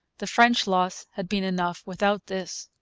the french loss had been enough without this.